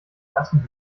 ersten